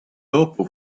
dopo